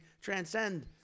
transcend